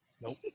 Nope